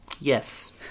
Yes